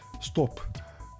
stop